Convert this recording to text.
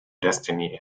destiny